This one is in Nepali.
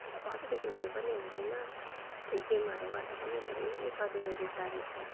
मतलब अलिकति उयो पनि हुँदैन त्यो जिमहरू गर्दा पनि धेरै सजिलो जुत्ता रहेछ